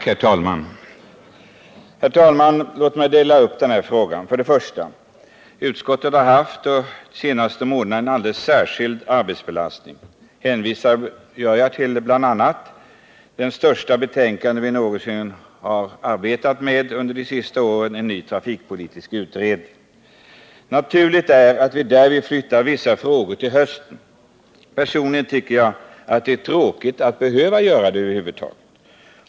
Herr talman! Låt mig dela upp den här frågan. Utskottet har den senaste månaden haft en alldeles särskilt stor arbetsbelastning. Jag kan bl.a. peka på det största betänkande som vi har arbetat med under de senaste åren — en ny trafikpolitisk utredning. Naturligt är då att vi flyttar vissa frågor till hösten. Personligen tycker jag att det är tråkigt att vi behöver göra det.